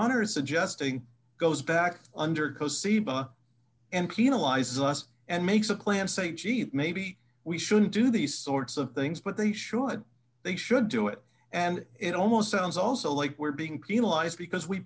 honor is suggesting goes back undergo seba and penalizes us and makes a claim say gee maybe we shouldn't do these sorts of things but they should they should do it and it almost sounds also like we're being penalized because we